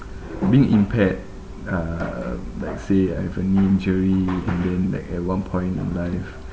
being impaired uh let's say I have a new injury and then like at one point in life